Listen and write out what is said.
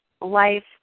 life